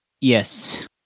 Yes